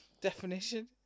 definition